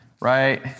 right